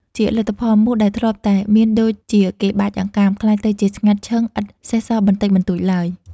ជាលទ្ធផល មូសដែលធ្លាប់តែមានដូចជាគេបាចអង្កាម ក្លាយទៅជា ស្ងាត់ឈឹងឥតសេសសល់បន្តិចបន្តួចឡើយ។